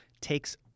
takes